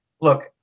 Look